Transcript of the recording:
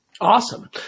Awesome